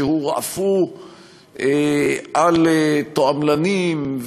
שהורעפו על תועמלנים,